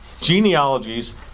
genealogies